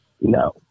No